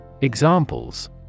Examples